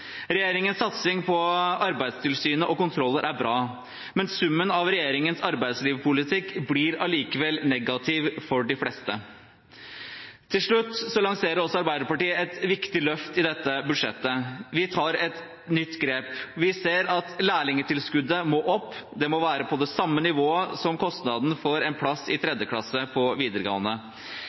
Regjeringens satsing på Arbeidstilsynet og kontroller er bra, men summen av regjeringens arbeidslivspolitikk blir likevel negativ for de fleste. Til slutt lanserer Arbeiderpartiet også et viktig løft i dette budsjettet. Vi tar et nytt grep. Vi ser at lærlingtilskuddet må opp. Det må være på det samme nivået som kostnaden for en plass i tredjeklasse på videregående